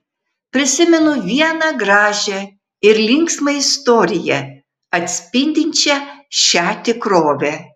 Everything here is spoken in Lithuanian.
prisimenu vieną gražią ir linksmą istoriją atspindinčią šią tikrovę